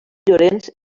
llorenç